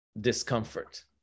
discomfort